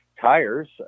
tires